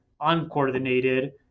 uncoordinated